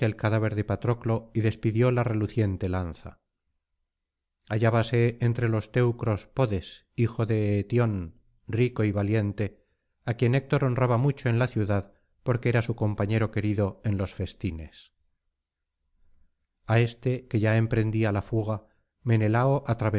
cadáver de patroclo y despidió la reluciente lanza hallábase entre los teucros podes hijo de eetión rico y valiente á quien héctor honraba mucho en la ciudad porque era su compañero querido en los festines á éste que ya emprendíala fuga menelao